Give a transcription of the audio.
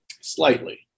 Slightly